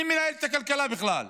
מי מנהל את הכלכלה בכלל?